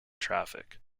traffic